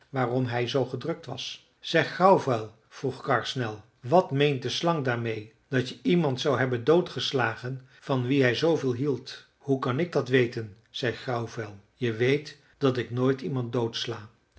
waarom hij zoo gedrukt was zeg grauwvel vroeg karr snel wat meent de slang daarmeê dat je iemand zoudt hebben doodgeslagen van wie hij zooveel hield hoe kan ik dat weten zei grauwvel je weet dat ik nooit iemand doodsla